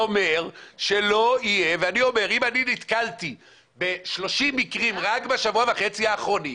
אני נתקלתי ב-30 מקרים רק בשבוע וחצי האחרונים.